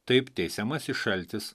taip teisiamasis šaltis